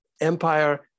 empire